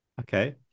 Okay